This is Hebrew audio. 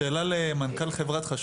שאלה בבקשה.